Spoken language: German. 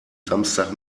samstag